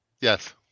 Yes